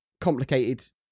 complicated